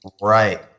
Right